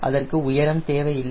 எனவே அதற்கு உயரம் தேவையில்லை